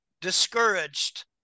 discouraged